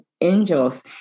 Angels